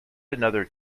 another